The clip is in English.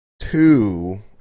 two